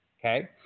Okay